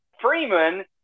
Freeman